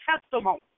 testimony